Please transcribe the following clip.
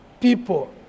people